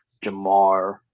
Jamar